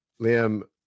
Liam